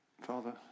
Father